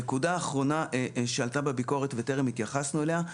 נקודה אחרונה שעלתה בביקורת וטרם התייחסנו אליה: